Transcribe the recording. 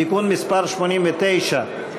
(תיקון מס' 89),